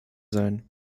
sein